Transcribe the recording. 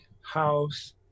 house